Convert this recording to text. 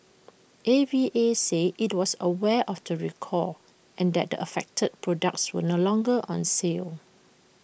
A V A said IT was aware of the recall and that the affected products were no longer on sale